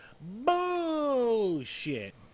Bullshit